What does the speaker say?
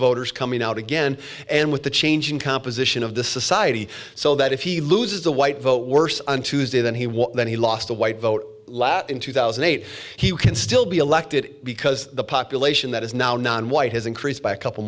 voters coming out again and with the changing composition of the society so that if he loses the white vote worse on tuesday than he was then he lost the white vote in two thousand and eight he can still be elected because the population that is now nonwhite has increased by a couple